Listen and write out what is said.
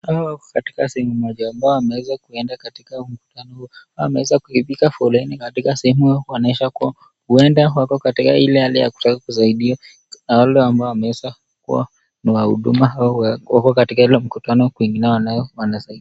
Hao wako katika sehemu moja ambao wameweza kuenda katika mkutano wameweza kupiga foleni katika sehemu hiyo kuonyesha kuwa uenda wako katika ile hali ya kutaka kusaidiwa na wale ambao wameweza kuwa ni wahuduma au wako katika ile mkutano kwingine nao wanasaidia.